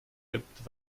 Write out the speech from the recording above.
gibt